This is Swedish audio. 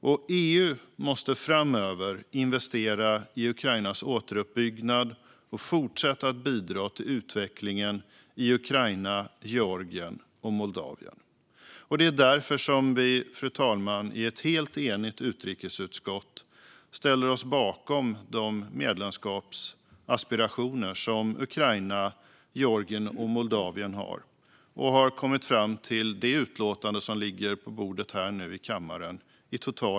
Och EU måste framöver investera i Ukrainas återuppbyggnad och fortsätta att bidra till utvecklingen i Ukraina, Georgien och Moldavien. Det är därför som vi, fru talman, i ett helt enigt utrikesutskott ställer oss bakom de medlemskapsaspirationer som Ukraina, Georgien och Moldavien har. Och det är därför som vi i total enighet har kommit fram till det utlåtande som nu ligger på bordet här i kammaren.